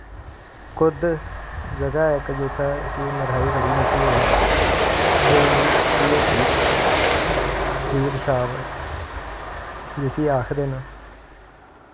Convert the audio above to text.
कुद जगाह् ऐ इक जित्थें के मठैई बड़ी मश्हूर ऐ उत्थें प्रेम दी हट्टी लवीटशॉप जिसी आखदे न